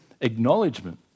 acknowledgement